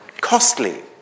costly